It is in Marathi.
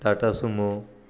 टाटा सुमो